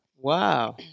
Wow